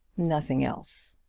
nothing else.